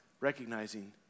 recognizing